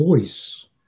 voice